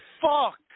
fuck